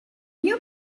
you